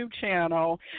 channel